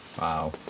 wow